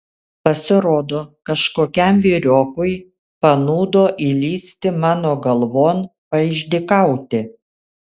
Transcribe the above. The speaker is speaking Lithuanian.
pasirodo kažkokiam vyriokui panūdo įlįsti mano galvon paišdykauti